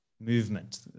movement